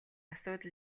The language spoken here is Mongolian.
асуудал